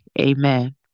Amen